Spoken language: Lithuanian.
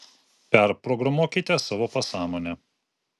perprogramuokite savo pasąmonę